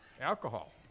alcohol